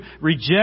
reject